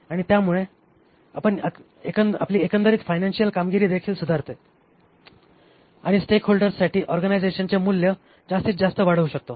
आणि त्यामुळे आपण आपली एकंदरीत फायनान्शियल कामगिरीदेखील सुधारते आणि स्टेकहोल्डर्ससाठी ऑर्गनायझेशनचे मूल्य जास्तीतजास्त वाढवू शकतो